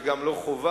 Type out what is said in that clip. וגם לא חובה,